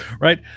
right